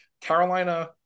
Carolina